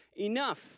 Enough